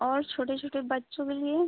और छोटे छोटे बच्चों के लिए